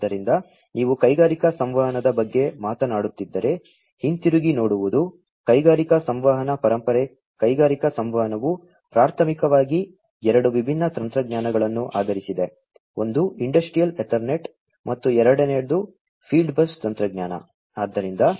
ಆದ್ದರಿಂದ ನೀವು ಕೈಗಾರಿಕಾ ಸಂವಹನದ ಬಗ್ಗೆ ಮಾತನಾಡುತ್ತಿದ್ದರೆ ಹಿಂತಿರುಗಿ ನೋಡುವುದು ಕೈಗಾರಿಕಾ ಸಂವಹನ ಪರಂಪರೆ ಕೈಗಾರಿಕಾ ಸಂವಹನವು ಪ್ರಾಥಮಿಕವಾಗಿ ಎರಡು ವಿಭಿನ್ನ ತಂತ್ರಜ್ಞಾನಗಳನ್ನು ಆಧರಿಸಿದೆ ಒಂದು ಇಂಡಸ್ಟ್ರಿಯಲ್ ಎತರ್ನೆಟ್ ಮತ್ತು ಎರಡನೆಯದು ಫೀಲ್ಡ್ ಬಸ್ ತಂತ್ರಜ್ಞಾನ